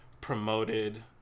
promoted